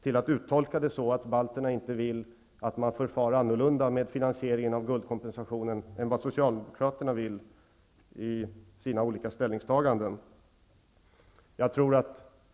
Man uttolkar det så att balterna inte vill att man förfar annorlunda med finansieringen av guldkompensationen än vad Socialdemokraterna vill i sina olika ställningstaganden.